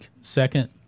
second